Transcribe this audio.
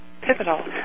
pivotal